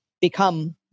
become